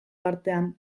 artean